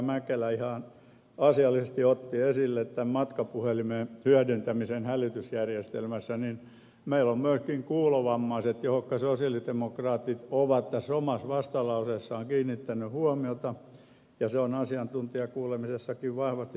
mäkelä ihan asiallisesti otti esille tämän matkapuhelimen hyödyntämisen hälytysjärjestelmässä niin meillä on myöskin kuulovammaiset joihin sosialidemokraatit ovat tässä omassa vastalauseessaan kiinnittäneet huomiota ja se on asiantuntijakuulemisessakin vahvasti tullut esille